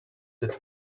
that